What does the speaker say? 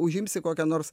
užimsi kokią nors